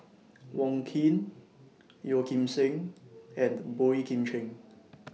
Wong Keen Yeo Kim Seng and Boey Kim Cheng